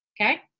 Okay